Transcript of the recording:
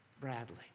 Bradley